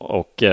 och